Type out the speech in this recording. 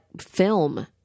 film